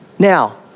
Now